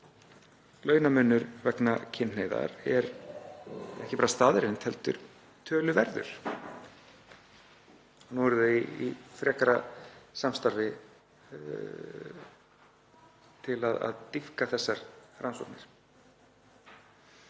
launamunur vegna kynhneigðar er ekki bara staðreynd heldur er hann töluverður. Nú eru þau í frekara samstarfi til að dýpka þessar rannsóknir.